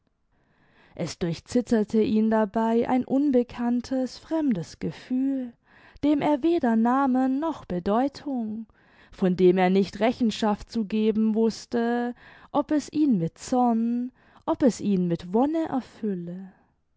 es durchzitterte ihn dabei ein unbekanntes fremdes gefühl dem er weder namen noch bedeutung von dem er nicht rechenschaft zu geben wußte ob es ihn mit zorn ob es ihn mit wonne erfülle